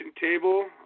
table